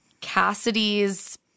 Cassidy's